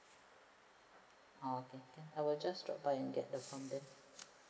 okay can I will just drop by and get the form then